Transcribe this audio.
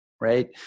right